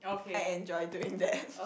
I enjoy doing that